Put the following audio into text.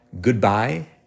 Goodbye